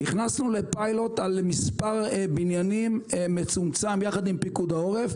נכנסנו לפיילוט על מספר בניינים מצומצם יחד עם פיקוד העורף,